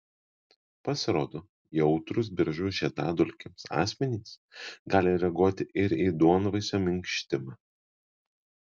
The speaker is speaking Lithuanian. pasirodo jautrūs beržų žiedadulkėms asmenys gali reaguoti ir į duonvaisio minkštimą